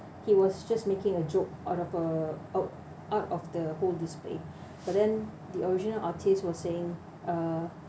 he was just making a joke out of uh out out of the whole display but then the original artist was saying uh